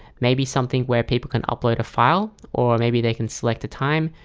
maybe something where people can upload a file or maybe they can select a time.